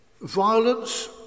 violence